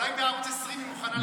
אולי בערוץ 20 מוכנה לקבל אותה,